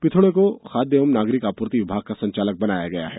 पिथोड़े को खाद्य एवं नागरिक आपूर्ति विभाग का संचालक बनाया गया है